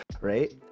Right